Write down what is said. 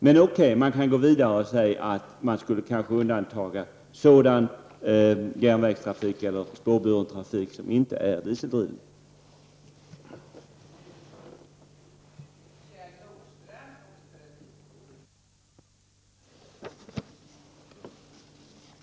Men okej, vi kan nog säga att järnvägstrafik eller spårburen trafik som inte är dieseldriven skall undantagas här.